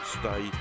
stay